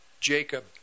Jacob